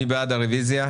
מי בעד הרביזיה?